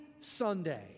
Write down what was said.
Sunday